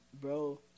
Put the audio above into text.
bro